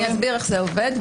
אסביר איך זה עובד,